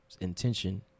intention